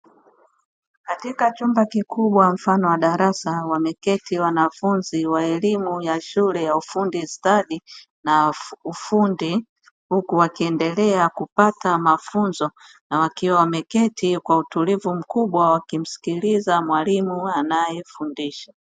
Katika chumba kikubwa mfano wa darasa wameketi wanafunzi wa elimu ya shule ya ufundi stadi na ufundi, huku wakiendelea kupata mafunzo na wakiwa wameketi kwa utulivu mkubwa wakimsikiliza mwalimu anayefundisha.